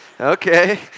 Okay